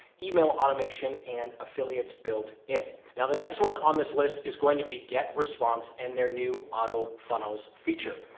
email automation, and affiliates built in. now, the next one on this list is going to be get response and their new auto funnels feature,